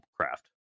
craft